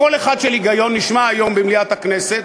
קול אחד של היגיון נשמע היום במליאת הכנסת,